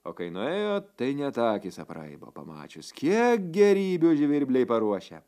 o kai nuėjo tai net akys apraibo pamačius kiek gėrybių žvirbliai paruošę